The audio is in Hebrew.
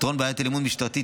פתרון בעיית האלימות המשטרתית,